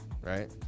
right